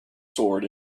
sword